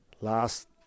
last